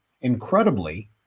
incredibly